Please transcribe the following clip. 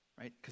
right